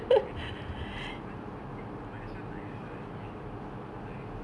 cannot ah if you want so thick might as well tak payah letak air kan